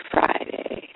Friday